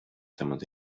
temat